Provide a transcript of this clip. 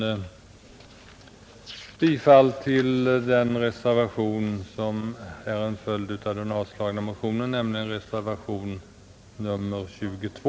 Jag yrkar bifall till den reservation som är en följd av den avstyrkta motionen, nämligen reservationen 22.